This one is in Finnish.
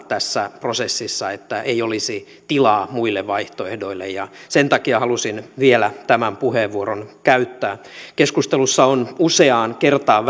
tässä prosessissa että ei olisi tilaa muille vaihtoehdoille ja sen takia halusin vielä tämän puheenvuoron käyttää keskustelussa on useaan kertaan